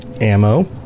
ammo